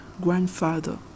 Grandfather